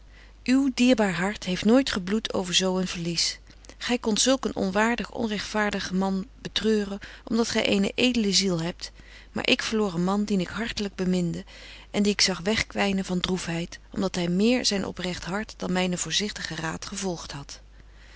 uw dierbaar hart heeft nooit gebloet over zo een verlies gy kondt zulk een onwaardig onrechtvaardig man betreuren om dat gy eene edele ziel hebt maar ik verloor een man dien ik hartelyk beminde en die ik zag wegkwynen van droefheid om dat hy méér zyn oprecht hart dan mynen voorzichtigen raad gevolgt hadt